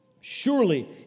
Surely